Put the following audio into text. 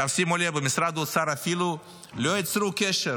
שימו לב, במשרד האוצר אפילו לא יצרו קשר